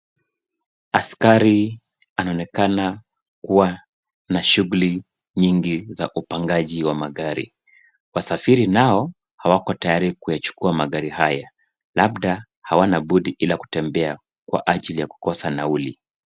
Askari anaonekana kuwa na shughuli nyingi za upangaji wa magari wasafiri nao hawakotayari kuyachukua magari haya labda hawanabudi ila kutembea kwaajili ya kukosa nauli.